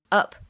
up